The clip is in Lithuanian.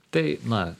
tai na